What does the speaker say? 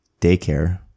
daycare